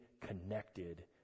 connected